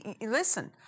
listen